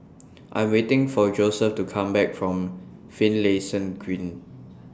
I waiting For Joseph to Come Back from Finlayson Green